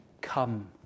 come